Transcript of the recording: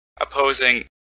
opposing